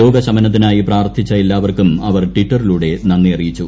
രോഗശമനത്തിനായി പ്രാർത്ഥിച്ച എല്ലാവർക്കും അവർ ട്വിറ്ററിലൂടെ നന്ദി അറിയിച്ചു